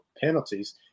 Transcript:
penalties